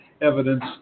evidence